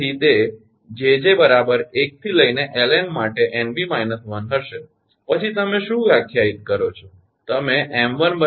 તેથી તે 𝑗𝑗 1𝐿𝑁 માટે 𝑁𝐵 − 1 હશે પછી તમે શું વ્યાખ્યાયિત કરો છો